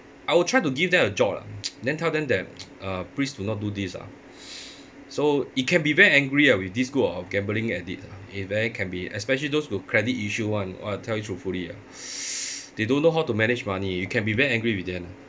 I will try to give them a job lah then tell them that uh please do not do this ah so it can be very angry ah with this group of gambling addict ah it very can be especially those with credit issue [one] !wah! tell you truthfully ah they don't know how to manage money you can be very angry with them